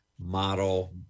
model